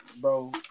Bro